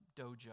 dojo